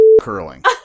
curling